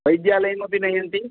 वैद्यालयमपि नयन्ति